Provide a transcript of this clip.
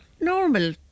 normal